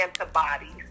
antibodies